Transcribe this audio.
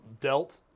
dealt